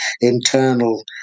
internal